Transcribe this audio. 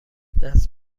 دست